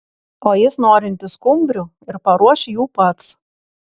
o jis norintis skumbrių ir paruoš jų pats